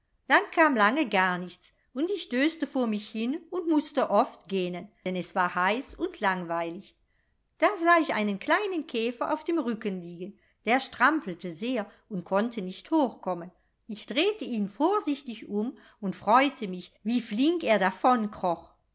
dann kam lange garnichts und ich döste vor mich hin und mußte oft gähnen denn es war heiß und langweilig da sah ich einen kleinen käfer auf dem rücken liegen der strampelte sehr und konnte nicht hochkommen ich drehte ihn vorsichtig um und freute mich wie flink er